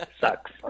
sucks